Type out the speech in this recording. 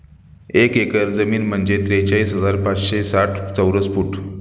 एक एकर जमीन म्हणजे त्रेचाळीस हजार पाचशे साठ चौरस फूट